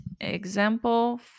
Example